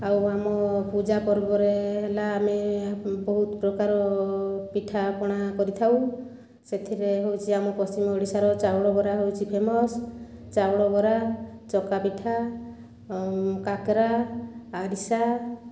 ଆଉ ଆମ ପୂଜା ପର୍ବରେ ହେଲା ଆମେ ବହୁତ ପ୍ରକାରର ପିଠା ପଣା କରିଥାଉ ସେଥିରେ ହେଉଛି ଆମ ପଶ୍ଚିମ ଓଡ଼ିଶାର ଚାଉଳ ବରା ହେଉଛି ଫେମସ୍ ଚାଉଳ ବରା ଚକା ପିଠା କାକରା ଆରିସା